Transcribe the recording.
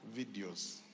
videos